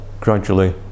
gradually